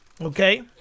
Okay